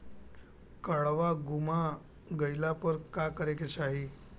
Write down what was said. काडवा गुमा गइला पर का करेके चाहीं?